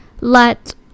let